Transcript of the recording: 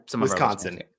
Wisconsin